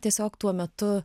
tiesiog tuo metu